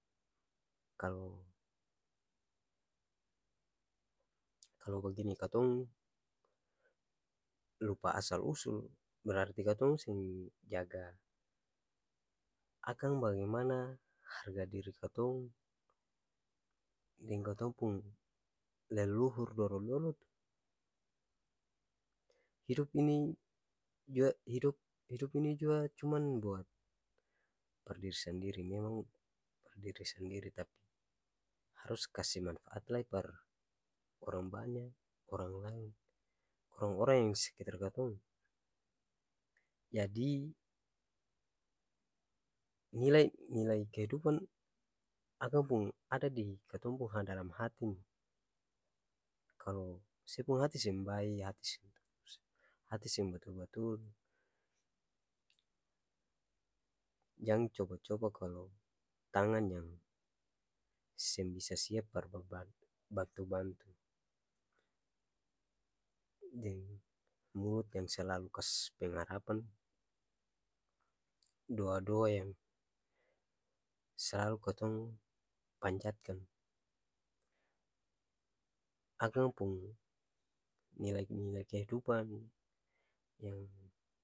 Kalu, kalu bagini katong lupa asal usul berarti katong seng jaga akang bagimana harga diri katong deng katong pung leluhur dolo-dolo. Hidup ini jua hidup hidup- ini jua cuma buat par diri sandiri memang par diri sandiri tapi harus kasi manfaat lai par orang banya, orang laeng, orang-orang yang disekitar katong. Jadi nilai-nilai kehidupan akang pung ada di katong pung ha-dalam hati nih kalu se pung hati seng bae hati seng batul-batul jang coba-coba kalu tangan seng bisa siap par ba-bantu bantu-bantu deng mulu yang selalu kasi pengharapan, doa-doa yang selalu katong panjatkan, akang pung nilai-nilai kehidupan yang.